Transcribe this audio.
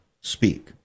speak